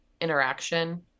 interaction